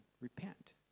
Repent